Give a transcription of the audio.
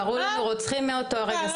קראו לנו רוצחים מאותו רגע,